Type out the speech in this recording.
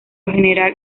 general